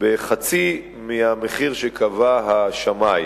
בחצי מהמחיר שקבע השמאי.